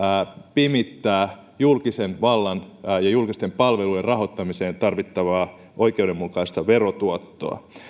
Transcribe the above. pimittää julkisen vallan ja julkisten palveluiden rahoittamiseen tarvittavaa oikeudenmukaista verotuottoa